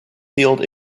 field